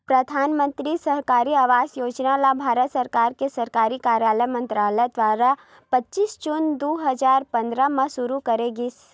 परधानमंतरी सहरी आवास योजना ल भारत सरकार के सहरी कार्य मंतरालय दुवारा पच्चीस जून दू हजार पंद्रह म सुरू करे गिस